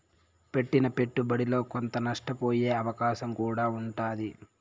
పెట్టిన పెట్టుబడిలో కొంత నష్టపోయే అవకాశం కూడా ఉంటాది